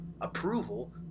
approval